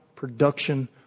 Production